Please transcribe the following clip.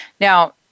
Now